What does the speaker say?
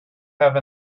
have